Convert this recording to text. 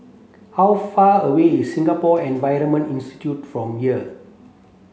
how far away is Singapore Environment Institute from here